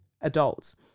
adults